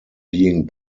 being